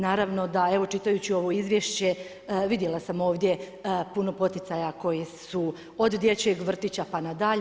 Naravno da evo čitajući ovo izvješće vidjela sam ovdje puno poticaja koji su od dječjeg vrtića pa nadalje.